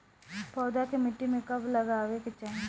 पौधा के मिट्टी में कब लगावे के चाहि?